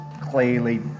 clearly